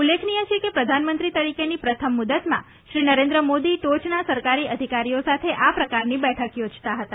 ઉલ્લેખનિય છે કે પ્રધાનમંત્રી તરીકેની પ્રથમ મુદ્દતમાં શ્રી નરેન્દ્ર મોદી ટોચના સરકારી અધિકારીઓ સાથે આ પ્રકારની બેઠક યોજતા હતા